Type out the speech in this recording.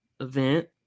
event